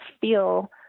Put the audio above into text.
feel –